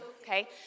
okay